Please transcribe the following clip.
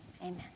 Amen